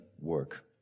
work